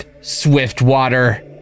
Swiftwater